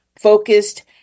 focused